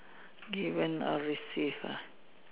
okay when I receive ah